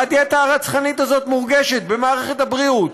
והדיאטה הרצחנית הזאת מורגשת במערכת הבריאות,